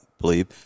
believe